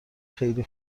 خیلی